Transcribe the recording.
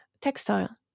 textile